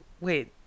Wait